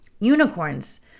Unicorns